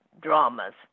dramas